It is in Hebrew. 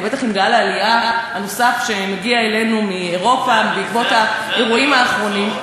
ובטח עם גל העלייה הנוסף שמגיע אלינו מאירופה בעקבות האירועים האחרונים,